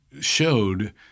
showed